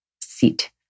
seat